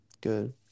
Good